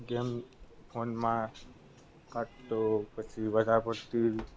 game ફોનમાં કાં તો પછી વધારે પડતી